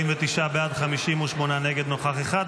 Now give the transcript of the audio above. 49 בעד, 58 נגד, נוכח אחד.